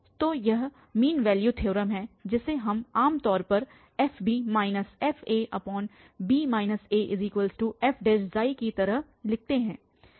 तो वह mean value theorem है जिसे हम आमतौर पर fb fabaf की तरह लिखते हैं